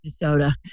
Minnesota